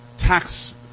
tax